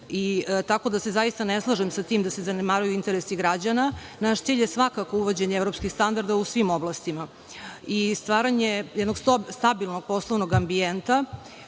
tako da se zaista ne slažem sa tim da se zanemaruju interesi građana. Naš cilj je svakako uvođenje evropskih standarda u svim oblastima i stvaranje jednog stabilnog poslovnog ambijenta,